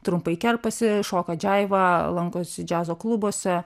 trumpai kerpasi šoka džaivą lankosi džiazo klubuose